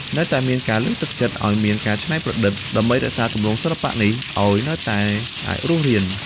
នៅតែមានការលើកទឹកចិត្តឱ្យមាន ការច្នៃប្រឌិត ដើម្បីរក្សាទម្រង់សិល្បៈនេះឱ្យនៅតែអាចរស់រាន។